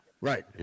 Right